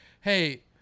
Hey